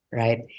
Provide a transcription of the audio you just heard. right